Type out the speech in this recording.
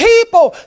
People